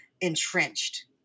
entrenched